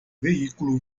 veículo